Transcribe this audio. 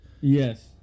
Yes